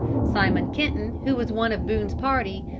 simon kenton, who was one of boone's party,